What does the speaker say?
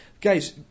Guys